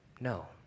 No